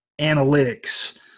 Analytics